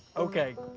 okay,